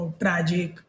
tragic